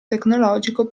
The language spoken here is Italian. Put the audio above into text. tecnologico